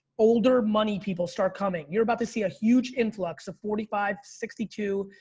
older money people start coming. you're about to see a huge influx of forty five, sixty two,